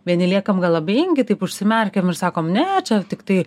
vieni liekam gal abejingi taip užsimerkiam ir sakom ne čia tiktai